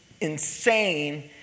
insane